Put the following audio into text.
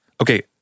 Okay